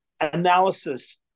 analysis